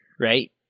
right